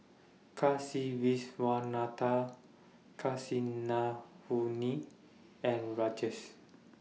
Kasiviswanathan Kasinadhuni and Rajesh